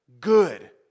good